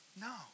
No